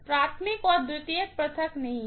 primary और secondary पृथक नहीं हैं